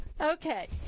Okay